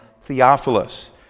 Theophilus